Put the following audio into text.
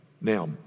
Now